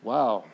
Wow